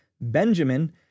Benjamin